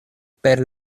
per